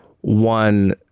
One